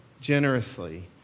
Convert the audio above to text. generously